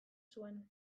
zuen